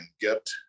get